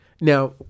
Now